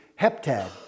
heptad